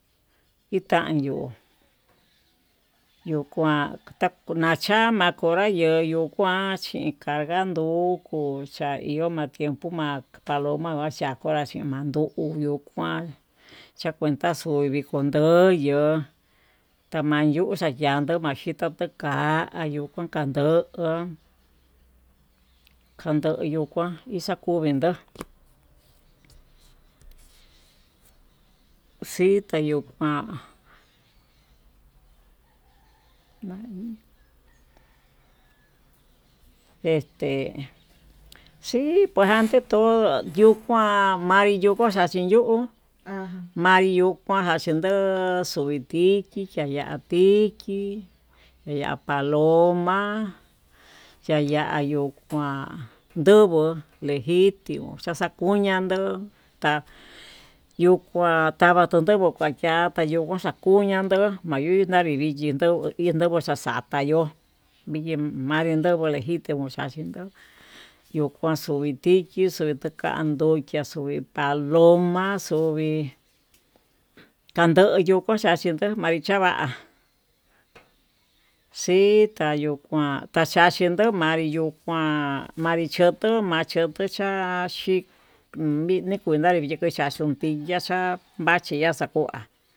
Itanyu yukuan macha makonra ye'e yuu kuan chikagandó, oko ma'a tiempo pa paloma machayió, hora xhin mandukio yuu kuan ma'a kuenta chí viko tuu yo'o tamayu xayando majitu tuu ka'a ayuu kun kanduku, kayuu yukuan ixakuvindó xita yuu kuan nami este si puesante todo yuu kuan manriyo'o xuxaxen yuu, manri yo'o xuxande yo'o yoi tiki yaya tiki yaya paloma yaya yuu kuan ndubuu tejitimo xaxakuyan ndo'ó, yuu kuan tava tandeyu yuu kuan tayovo xakuyan ndo'o nayuu navi vichi iin ndonguó xaxapayó viye manre ndoguo lejitimo chino yuu kunxavi tichi xuyi tuu kuan ndukia xui paloma, xovii kandoyo tukani chinxiyo kayii nduva'a xita yuu kuan tataxiyo manri kuan manri choto manri xhaxi minri kundavi nduu xhaxi yixhaxa machiya kanduá.